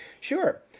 Sure